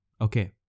Okay